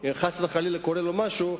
אם חס וחלילה קורה לו משהו,